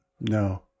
No